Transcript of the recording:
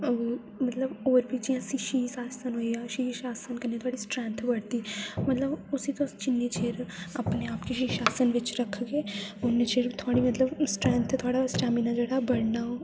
मतलब होर बी जि'यां शीश आसन होइया शीश आसन कन्नै थुआढ़ी स्ट्रैंथ बढ़दी मतलब उसी तुस जि'न्ने चिर अपने आप गी शीश आसन बिच रखगे उ'न्ने चिर थुआढ़ी मतलब स्ट्रैंथ थुआढ़ा स्टैमिना जेह्ड़ा बढ़ना ओ